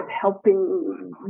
helping